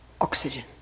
oxygen